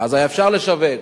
ואז היה אפשר לשווק,